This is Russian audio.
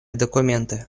документы